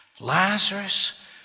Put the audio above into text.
Lazarus